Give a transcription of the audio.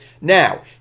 Now